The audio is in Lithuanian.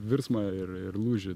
virsmą ir ir lūžį